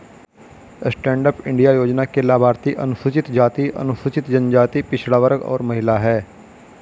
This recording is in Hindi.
स्टैंड अप इंडिया योजना के लाभार्थी अनुसूचित जाति, अनुसूचित जनजाति, पिछड़ा वर्ग और महिला है